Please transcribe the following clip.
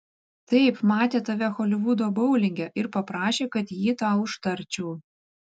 taip matė tave holivudo boulinge ir paprašė kad jį tau užtarčiau